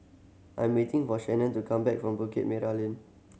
I'm waiting for Shanon to come back from Bukit Merah Lane